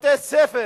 ובתי-ספר